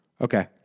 Okay